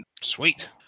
Sweet